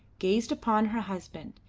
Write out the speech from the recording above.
gazed upon her husband,